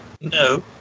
No